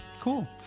cool